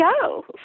go